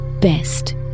best